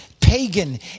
pagan